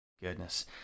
goodness